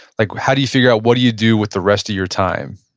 like how do you figure out what do you do with the rest of your time?